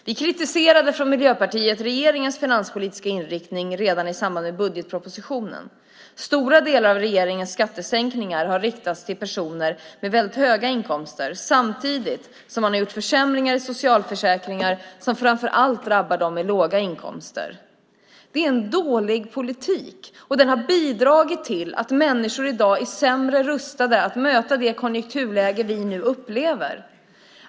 Vi från Miljöpartiet kritiserade regeringens finanspolitiska inriktning redan i samband med att budgetpropositionen lades fram. Stora delar av regeringens skattesänkningar har riktats till personer med väldigt höga inkomster samtidigt som man har gjort försämringar i socialförsäkringar som framför allt drabbar dem med låga inkomster. Det är en dålig politik, och den har bidragit till att människor i dag är sämre rustade att möta det konjunkturläge som vi nu upplever.